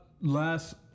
Last